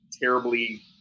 terribly